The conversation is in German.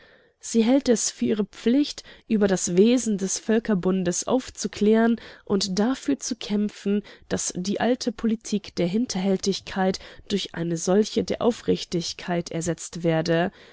sie hält es für ihre pflicht über das wesen des völkerbundes aufzuklären und dafür zu kämpfen daß die alte politik der hinterhältigkeit durch eine solche der aufrichtigkeit ersetzt werde